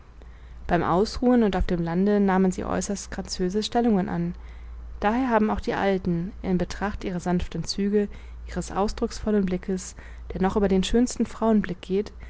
beim ausruhen und auf dem lande nahmen sie äußerst graciöse stellungen an daher haben auch die alten in betracht ihrer sanften züge ihres ausdrucksvollen blickes der noch über den schönsten frauenblick geht